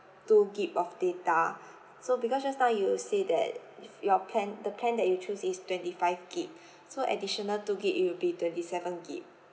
two gig of data so because just now you say that if your plan the plan that you choose is twenty five gig so additional two gig it will be twenty seven gig